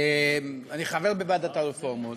אני חבר בוועדת הרפורמות,